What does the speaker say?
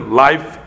life